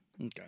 Okay